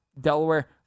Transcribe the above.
Delaware